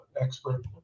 expert